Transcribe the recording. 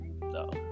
no